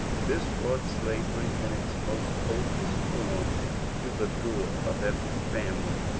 this brought slavery in its most odious form to the door of every family.